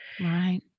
Right